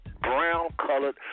brown-colored